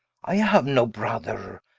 i haue no brother,